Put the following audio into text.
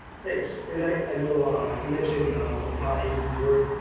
thanks. and i know you mentioned some todd hayden's work,